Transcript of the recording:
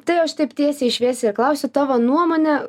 tai aš taip tiesiai šviesiai ir klausiu tavo nuomone